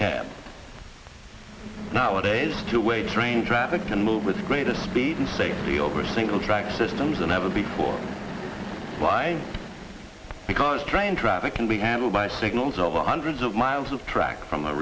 cab nowadays to weight train traffic to move with greater speed and safety over a single track systems than ever before line because train traffic can be handled by signals over hundreds of miles of track from a